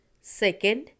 second